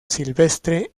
silvestre